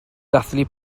dathlu